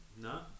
no